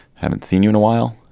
haven't seen you in a while.